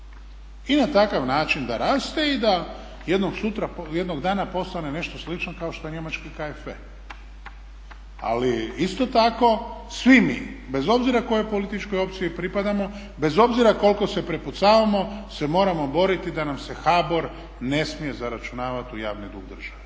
i na takav način da raste i da jednog dana postane nešto slično kao što je njemački KFE. Ali isto tako svi mi bez obzira kojoj političkoj opciji pripadamo, bez obzira koliko se prepucavamo se moramo boriti da nam se HBOR ne smije zaračunavati u javni dug države,